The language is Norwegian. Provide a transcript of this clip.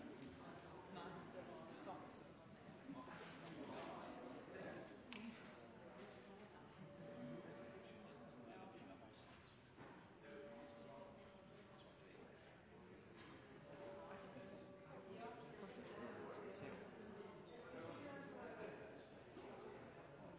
det som er interessant, er å